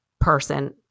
person